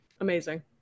amazing